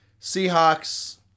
Seahawks